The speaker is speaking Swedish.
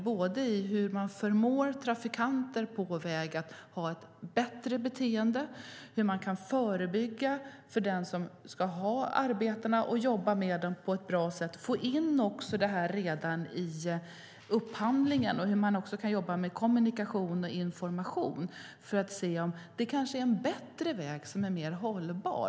Det gäller både hur man förmår trafikanter på våra vägar att ha ett bättre beteende och hur man kan förebygga för dem som ska ha arbetena - jobba med dem på ett bra sätt och få in det här redan i upphandlingen. Det handlar också om hur man kan jobba med kommunikation och information, för att se om det kanske är en bättre och mer hållbar väg.